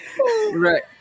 right